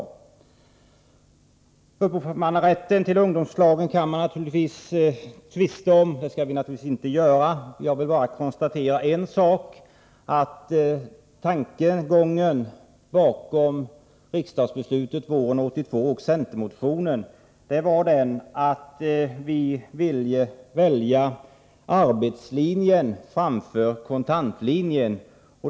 Upphovsmannarätten till ungdomslagen kan man tvista om, men det skall vi naturligtvis inte göra. Jag vill bara konstatera en sak: Tankegången bakom riksdagsbeslutet våren 1982 och centermotionen var den att vi ville välja arbetslinjen framför bidragslinjen.